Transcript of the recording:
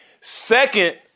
Second